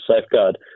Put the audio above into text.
safeguard